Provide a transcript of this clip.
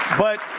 but